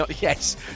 Yes